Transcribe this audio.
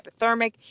hypothermic